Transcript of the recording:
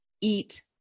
eat